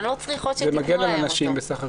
הן לא צריכות שתתנו להן אותו.